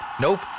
Nope